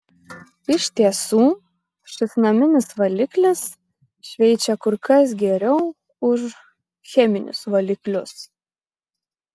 iš tiesų šis naminis valiklis šveičia kur kas geriau už cheminius valiklius